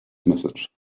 message